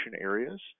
areas